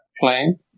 plane